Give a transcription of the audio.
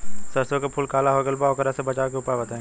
सरसों के फूल काला हो गएल बा वोकरा से बचाव के उपाय बताई?